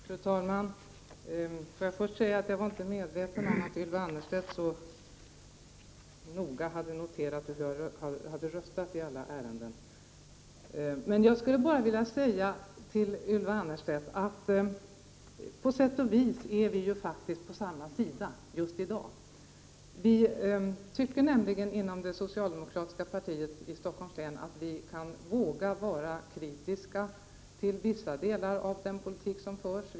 Fru talman! Får jag först säga att jag inte var medveten om att Ylva Annerstedt så noga hade noterat hur jag röstade i olika ärenden. Jag skulle bara vilja säga till Ylva Annerstedt att vi på sätt och vis faktiskt är på samma sida just i dag. Vi tycker nämligen inom det socialdemokratiska partiet i Stockholm att vi kan våga vara kritiska till vissa delar av den politik som förs.